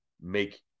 make